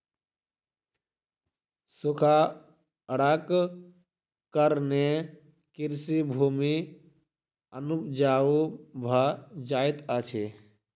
सूखाड़क कारणेँ कृषि भूमि अनुपजाऊ भ जाइत अछि